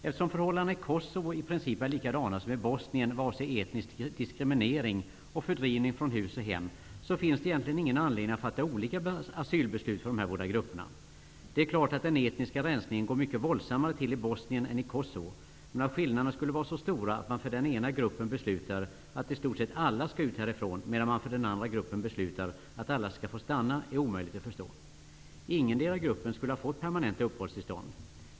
Eftersom förhållandena i Kosovo i princip är likadana som i Bosnien vad avser etnisk diskriminering och fördrivning från hus och hem finns det egentligen ingen anledning att fatta olika asylbeslut för de här båda grupperna. Det är klart att den etniska rensningen går mycket våldsammare till i Bosnien än i Kosovo. Men att skillnaderna skulle vara så stora att man för den ena gruppen beslutar att i stort sett alla skall ut härifrån medan man för den andra gruppen beslutar att alla skall få stanna är omöjligt att förstå. Ingendera gruppen skulle ha fått permanenta uppehållstillstånd.